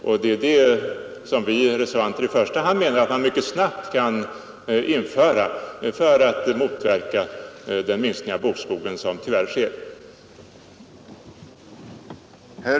Vi reservanter menar att man i första hand mycket snabbt kan införa ett sådant bidrag för att motverka den minskning av bokskogen som tyvärr sker.